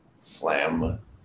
slam